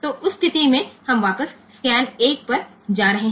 तो उस स्थिति में हम वापस स्कैन 1 पर जा रहे हैं